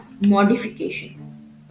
modification